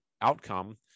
outcome